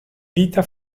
vita